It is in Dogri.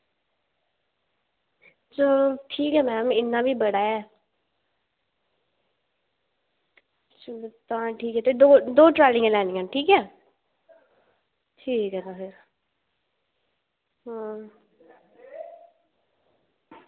चलो ठीक ऐ मैंम इन्ना बी बड़ा ऐ तां ठीक ऐ ते दो ट्रालियां लैनियां न ठीक ऐ ठीक ऐ फिर हां